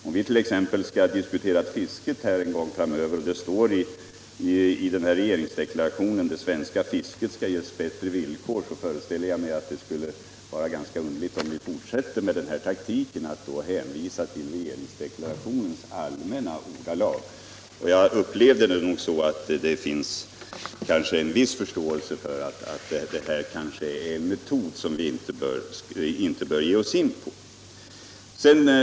Om vi t.ex. så småningom skall diskutera fisket och det i regeringsdeklarationen står att ”det svenska fisket skall ges bättre villkor”, så skulle det vara ganska underligt om ni fortsätter med taktiken att hänvisa till regeringsdeklarationens allmänna ordalag. Jag upplevde att det finns en viss förståelse för att detta är en metod som vi kanske inte bör ge oss in på.